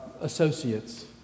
associates